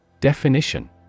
Definition